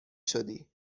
شدی